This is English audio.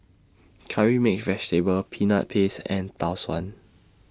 Curry Mixed Vegetable Peanut Paste and Tau Suan